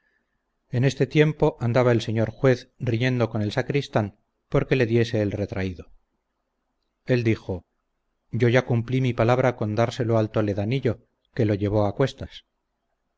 en este tiempo andaba el señor juez riñendo con el sacristán porque le diese el retraído él dijo yo ya cumplí mi palabra con dárselo al toledanillo que lo llevó acuestas